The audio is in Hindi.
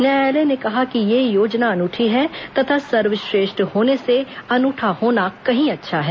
न्यायालय ने कहा कि यह योजना अनूठी है तथा सर्वश्रेष्ठ होने से अनूठा होना कहीं अच्छा है